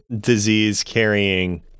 disease-carrying